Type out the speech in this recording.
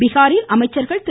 பீகாரில் அமைச்சர்கள் திரு